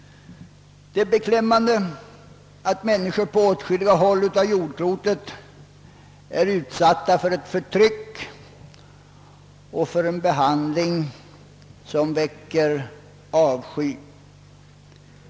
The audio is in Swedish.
Det är beklämmande att människor på åskilliga håll på jordklotet är utsatta för förtryck och för en behandling som väcker avsky.